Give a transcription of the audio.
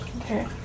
Okay